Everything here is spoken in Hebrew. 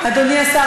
אדוני השר,